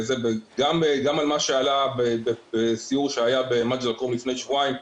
גם על מה שעלה בסיור שהיה במג'ד אל כרום לפני שבועיים,